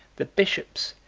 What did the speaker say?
the bishops,